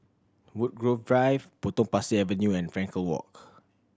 Woodgrove Drive Potong Pasir Avenue and Frankel Walk